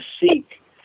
seek